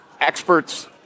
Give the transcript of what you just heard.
experts